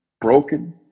broken